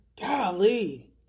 Golly